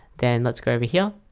then let's go over here.